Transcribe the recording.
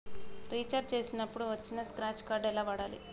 Recharge చేసినప్పుడు వచ్చిన scratch card ఎలా వాడాలి?